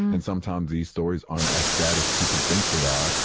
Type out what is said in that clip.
and sometimes these stories aren't as sad as people think they are.